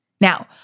Now